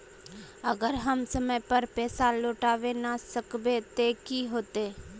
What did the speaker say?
अगर हम समय पर पैसा लौटावे ना सकबे ते की होते?